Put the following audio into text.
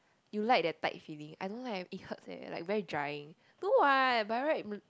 you like that tight feeling I don't like it hurts leh like very drying no what by right